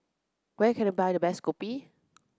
where can I buy the best Kopi